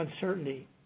uncertainty